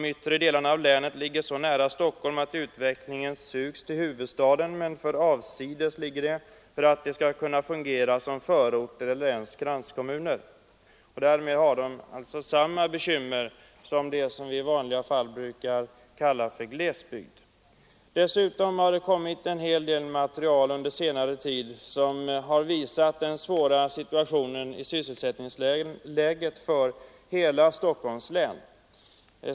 De yttre delarna av länet ligger så nära Stockholm att utvecklingen sugs till huvudstaden, men de ligger samtidigt för avsides för att de skall kunna fungera som förorter eller ens kranskommuner. Därmed har de samma bekymmer som de landsdelar vi brukar kalla för glesbygd. Dessutom har det framkommit en hel del material under senare tid som har visat det svåra sysselsättningsläget för hela Stockholms län.